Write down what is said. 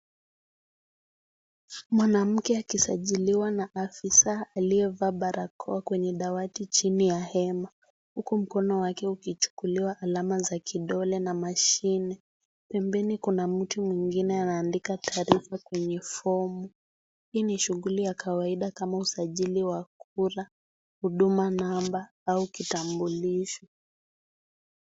Mwanamke akisajiliwa na afisa aliyevaa barakoa kwenye dawati chini ya hema. Huku mkono wake ukichukuliwa alama za kidole na mashine. Pembeni kuna mtu mwingine anaandika taarifa kwenye fomu. Hii ni shughuli ya kawaida kama usajili wa kura, huduma namba ama kitambulisho.